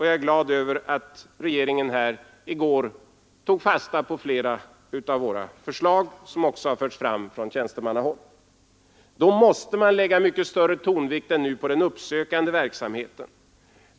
Jag är glad över att regeringen i den proposition som lades fram i går tagit fasta på flera av våra förslag, vilka även förts fram från tjänstemannahåll. Mycket större tonvikt måste läggas på den uppsökande verksamheten.